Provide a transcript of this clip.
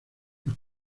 los